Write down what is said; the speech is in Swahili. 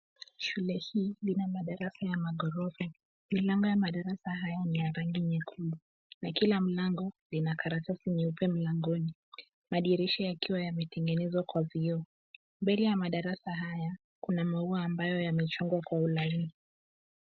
Shule hii lina madarasa ya ghorofa, milango ya madarasa haya ni rangi ya nyekundu na kila mlango ina karatasi nyeupe mlangoni, madirisha yakiwa yametengenezwa kwa vioo. Mbele ya madarasa haya kuna maua ambayo yamechongwa kwa ulaini.